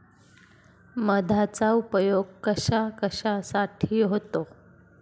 मधाचा उपयोग कशाकशासाठी होतो?